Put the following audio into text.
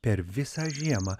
per visą žiemą